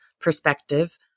perspective